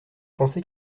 pensez